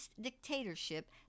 dictatorship